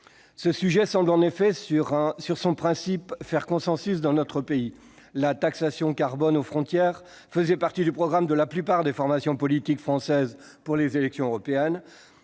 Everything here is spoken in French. Ce sujet semble, dans son principe en tout cas, faire consensus dans notre pays : la taxation carbone aux frontières faisait partie du programme de la plupart des formations politiques françaises lors des élections européennes.